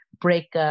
break